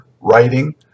writing